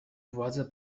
władze